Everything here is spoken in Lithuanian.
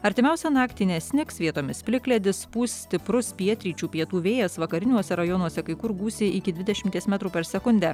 artimiausią naktį nesnigs vietomis plikledis pūs stiprus pietryčių pietų vėjas vakariniuose rajonuose kai kur gūsiai iki dvidešimties metrų per sekundę